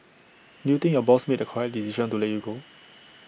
do you think your boss made the correct decision to let you go